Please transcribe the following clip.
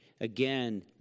again